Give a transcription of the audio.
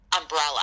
umbrella